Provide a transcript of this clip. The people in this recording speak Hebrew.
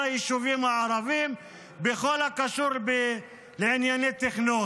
היישובים הערביים בכל הקשור לענייני תכנון.